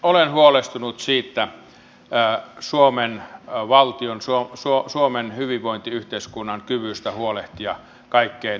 olen huolestunut siitä suomen valtion suomen hyvinvointiyhteiskunnan kyvystä huolehtia kaikkein heikko osaisimmista